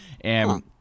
and-